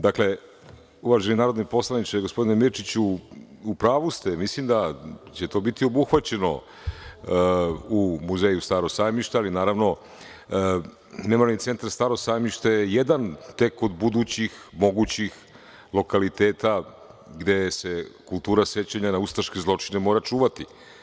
Dakle, uvaženi narodni poslaniče, gospodine Mirčiću, u pravu ste, mislim da će to biti obuhvaćeno u muzeju Staro sajmište, ali memorijalni centar Staro sajmište je tek jedan od budućih, mogućih lokaliteta gde se kultura sećanja na ustaške zločine mora čuvati.